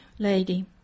Lady